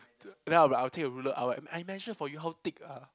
then I'll be like I'll take a ruler I will I measure for you how thick ah